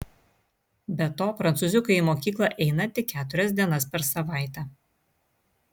be to prancūziukai į mokyklą eina gal tik keturias dienas per savaitę